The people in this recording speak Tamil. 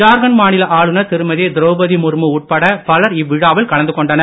ஜார்கண்ட் மாநில ஆளுநர் திருமதி திரௌபதி முர்மு உட்பட பலர் இவ்விழாவில் கலந்து கொண்டனர்